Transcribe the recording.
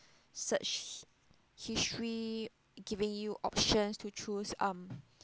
search history giving you options to choose um